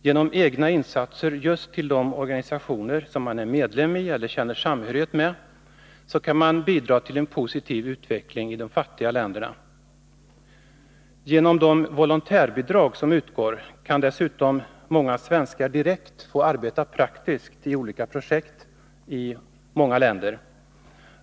Genom egna insatser just till organisationer som man är medlem i eller känner samhörighet med kan man bidra till en positiv utveckling i olika länder. Genom de volontärbidrag som utgår kan många svenskar dessutom direkt få arbeta praktiskt i olika projekt.